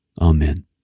Amen